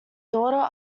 daughter